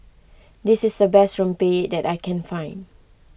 this is the best Rempeyek that I can find